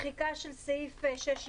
השני זה בעצם מחיקה של סעיף 6(ג)(1).